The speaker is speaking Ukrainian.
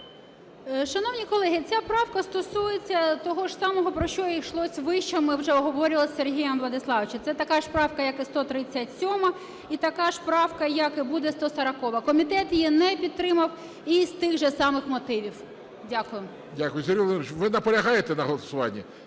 Шановні колеги, ця правка стосується того ж самого, про що і йшлось вище, ми вже обговорювали з Сергієм Владиславовичем. Це така ж правка, як і 137-а, і така ж правка, як і буде 140-а. Комітет її не підтримав із тих же самих мотивів. Дякую. ГОЛОВУЮЧИЙ. Сергій Володимирович, ви наполягаєте на голосуванні?